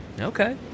Okay